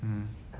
mm